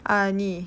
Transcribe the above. ah ni